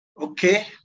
Okay